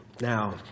Now